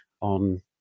on